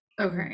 Okay